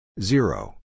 Zero